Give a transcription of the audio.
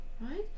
right